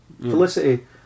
Felicity